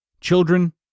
children